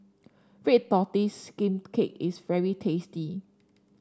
Red Tortoise Steamed Cake is very tasty